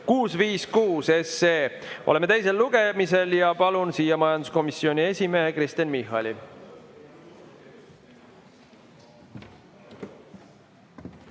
656, oleme teisel lugemisel. Palun siia majanduskomisjoni esimehe Kristen Michali.